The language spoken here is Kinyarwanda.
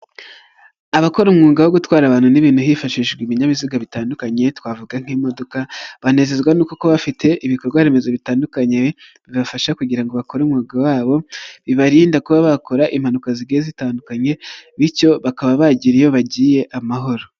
Abakora umwuga wo gutwara abantu n'ibintu hifashijwe ibinyabiziga bitandukanye, twavuga nk'imodoka banezezwa no kuba bafite ibikorwaremezo bitandukanye bibafasha kugira ngo bakore umwuga wabo, bibarinde kuba bakora impanuka zigiye zitandukanye bityo bakaba bagira iyo bagiye amahoro.